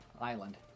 island